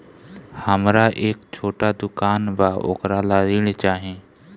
हमरा एक छोटा दुकान बा वोकरा ला ऋण चाही?